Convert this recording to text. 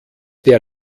der